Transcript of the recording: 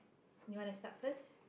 you wanna start first